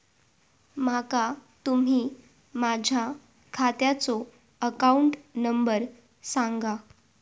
माका तुम्ही माझ्या खात्याचो अकाउंट नंबर सांगा?